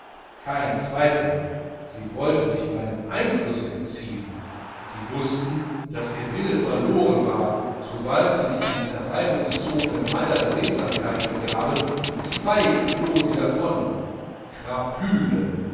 kein zweifel sie wollten sich meinem einflusse entziehen sie wußten daß ihr wille verloren war sobald sie sich in die zerreibungszone meiner beredsamkeit begaben und feig flohen sie davon